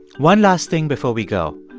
one last thing before we go.